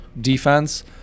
defense